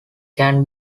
can